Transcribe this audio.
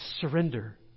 Surrender